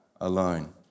alone